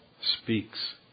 speaks